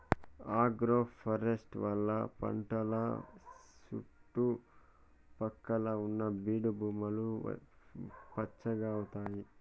agroforestry వల్ల పంటల సుట్టు పక్కల ఉన్న బీడు భూములు పచ్చగా అయితాయి